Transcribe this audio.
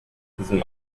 diesem